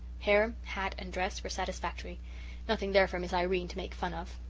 hair, hat, and dress were satisfactory nothing there for miss irene to make fun of.